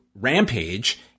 rampage